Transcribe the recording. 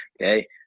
Okay